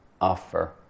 offer